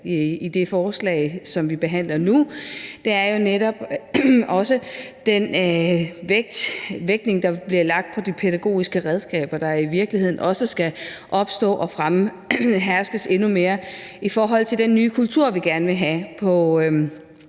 til det forslag, som vi behandler nu, er jo netop også den vægtning, der bliver lagt på de pædagogiske redskaber, der i virkeligheden også skal opstå og fremhæves endnu mere i forhold til den nye kultur, vi gerne vil have på